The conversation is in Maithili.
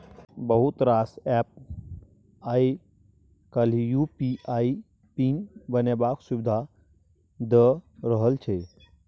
बहुत रास एप्प आइ काल्हि यु.पी.आइ पिन बनेबाक सुविधा दए रहल छै